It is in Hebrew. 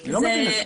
אני לא מבין את זה.